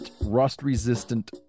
rust-resistant